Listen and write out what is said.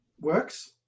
works